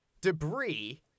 debris